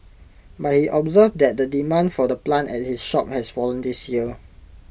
but he observed that the demand for the plant at his shop has fallen this year